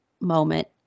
moment